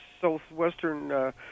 southwestern